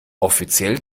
offiziell